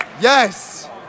yes